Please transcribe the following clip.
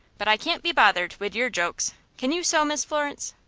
but i can't be bothered wid your jokes. can you sew, miss florence?